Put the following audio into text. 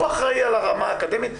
הוא אחראי על הרמה האקדמית,